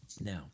now